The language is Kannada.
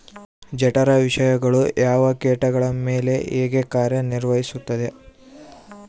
ಜಠರ ವಿಷಯಗಳು ಯಾವ ಕೇಟಗಳ ಮೇಲೆ ಹೇಗೆ ಕಾರ್ಯ ನಿರ್ವಹಿಸುತ್ತದೆ?